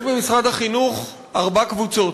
יש במשרד החינוך ארבע קבוצות: